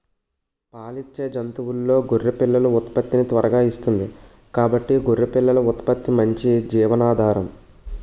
పాలిచ్చే జంతువుల్లో గొర్రె పిల్లలు ఉత్పత్తిని త్వరగా ఇస్తుంది కాబట్టి గొర్రె పిల్లల ఉత్పత్తి మంచి జీవనాధారం